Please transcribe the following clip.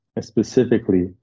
specifically